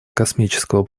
космического